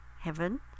heaven